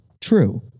True